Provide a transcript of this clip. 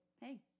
hey